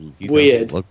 weird